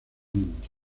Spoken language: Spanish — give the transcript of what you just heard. momento